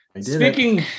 Speaking